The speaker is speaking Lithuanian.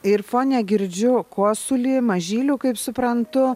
ir fone girdžiu kosulį mažylių kaip suprantu